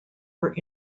were